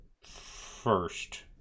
first